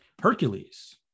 hercules